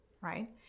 right